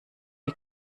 die